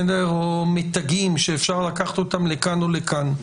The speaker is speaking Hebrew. או מתגים, שאפשר לקחת אותם לכאן או לכאן.